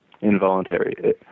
involuntary